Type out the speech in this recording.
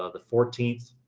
ah the fourteenth